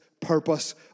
purpose